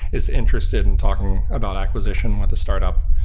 is interested in talking about acquisition with a startup.